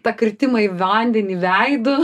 tą kritimą į vandenį veidu